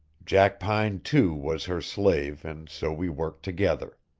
jackpine, too, was her slave, and so we worked together.